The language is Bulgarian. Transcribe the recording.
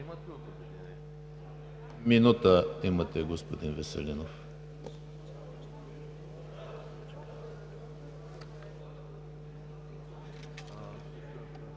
Минута имате, господин Веселинов.